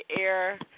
air